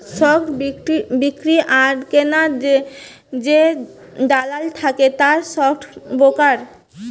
stock বিক্রি আর কিনার যে দালাল থাকে তারা স্টক ব্রোকার